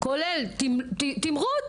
כולל תמריץ,